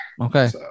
Okay